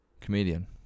Comedian